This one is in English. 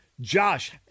Josh